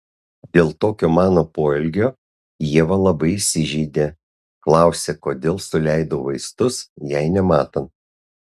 dėl tokio mano poelgio ieva labai įsižeidė klausė kodėl suleidau vaistus jai nematant